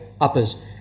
uppers